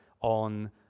on